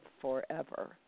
forever